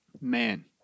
man